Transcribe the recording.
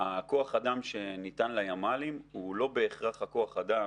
כוח האדם שניתן לימ"לים הוא לא בהכרח כוח האדם